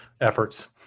efforts